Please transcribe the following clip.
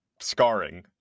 scarring